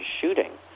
shooting